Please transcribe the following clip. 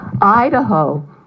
Idaho